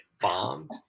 bombed